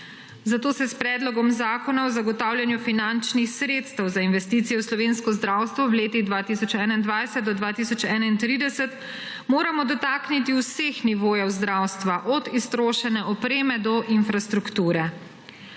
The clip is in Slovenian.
Zato se s Predlogom zakona o zagotavljanju finančnih sredstev za investicije v slovensko zdravstvo v letih 2021 do 2031 moramo dotakniti vseh nivojev zdravstva, od iztrošene opreme do infrastruktur.